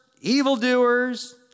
evildoers